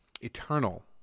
eternal